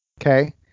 Okay